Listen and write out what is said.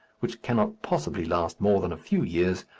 which cannot possibly last more than a few years,